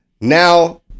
Now